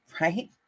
right